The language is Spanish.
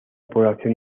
población